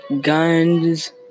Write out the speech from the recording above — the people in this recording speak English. Guns